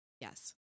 Yes